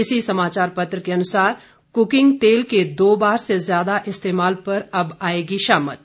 इसी समाचार पत्र के अनुसार कुकिंग तेल के दो बार से ज्यादा इस्तेमाल पर अब आएगी शामत